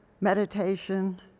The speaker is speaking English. meditation